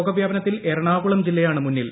രോഗവ്യാപനത്തിൽ എറണാകുളം ജില്ലയാണ് മുന്നിൽ